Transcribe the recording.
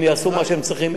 הם יעשו מה שהם צריכים.